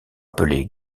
appelé